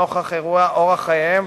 נוכח אורח חייהם,